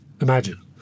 imagine